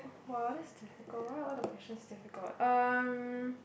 !wow! this difficult why are all the questions difficult um